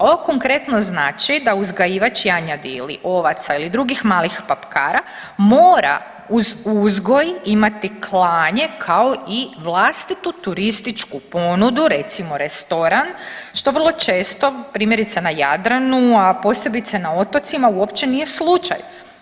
Ovo konkretno znači da uzgajivač janjadi ili ovaca ili drugih mali papkara mora uz uzgoj imati klanje kao i vlastitu turističku ponudu, recimo restoran, što vrlo često, primjerice na Jadranu, a posebice na otocima uopće nije slučaj.